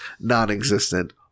non-existent